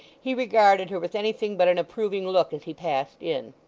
he regarded her with anything but an approving look as he passed in.